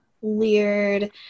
weird